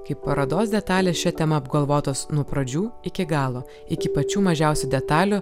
kai parodos detalės šia tema apgalvotos nuo pradžių iki galo iki pačių mažiausių detalių